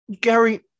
Gary